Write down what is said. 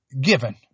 Given